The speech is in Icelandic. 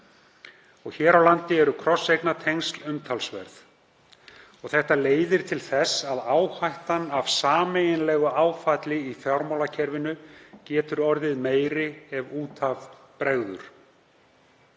Hér á landi eru krosseignatengsl umtalsverð. Þetta leiðir til þess að áhættan af sameiginlegu áfalli í fjármálakerfinu getur orðið meiri ef út af bregður.